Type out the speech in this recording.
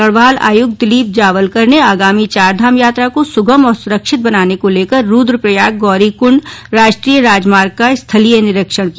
गढवाल आयुक्त दिलीप जावलकर ने आगामी चारधाम यात्रा को सुगम और सुरक्षित बनाने को लेकर रूद्रप्रयाग गौरीकुण्ड राष्ट्रीय राजमार्ग का स्थलीय निरीक्षण किया